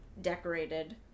decorated